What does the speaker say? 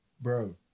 bro